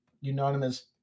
unanimous –